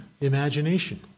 imagination